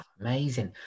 Amazing